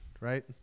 Right